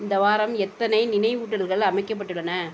இந்த வாரம் எத்தனை நினைவூட்டல்கள் அமைக்கப்பட்டுள்ளன